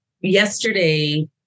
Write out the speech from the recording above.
Yesterday